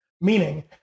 meaning